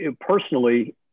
personally